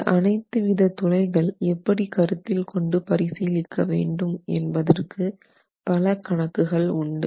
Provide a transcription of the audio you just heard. இந்த அனைத்து வித துளைகள் எப்படி கருத்தில் கொண்டு பரிசீலிக்க வேண்டும் என்பதற்கு பல கணக்குகள் உண்டு